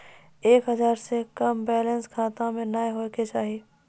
एक हजार से कम बैलेंस खाता मे नैय होय के चाही